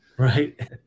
Right